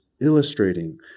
illustrating